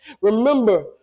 remember